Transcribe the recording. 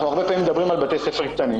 הרבה פעמים אנחנו מדברים על בתי ספר קטנים